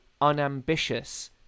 Unambitious